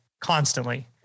constantly